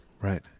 Right